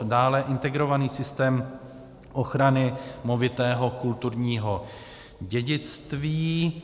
Dále integrovaný systém ochrany movitého kulturního dědictví.